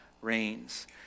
reigns